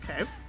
okay